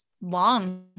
long